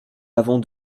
avons